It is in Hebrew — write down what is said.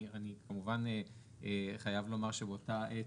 אני כמובן חייב לומר שבאותה העת,